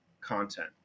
content